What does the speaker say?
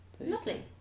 Lovely